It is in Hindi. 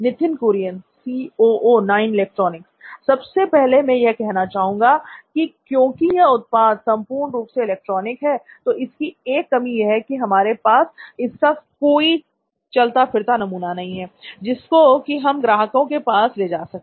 नित्थिन कुरियन सी ओ ओ नॉइन इलेक्ट्रॉनिक्स सबसे पहले मैं यह कहना चाहूंगा की क्योंकि यह उत्पाद संपूर्ण रूप से इलेक्ट्रॉनिक है तो इसकी एक कमी यह है कि हमारे पास इसका कोई चलता फिरता नमूना नहीं है जिसको कि हम ग्राहकों के पास ले जा सके